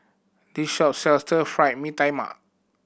this shop sells Stir Fried Mee Tai Mak